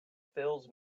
fills